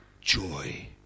joy